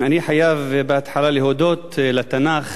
אני חייב בהתחלה להודות לתנ"ך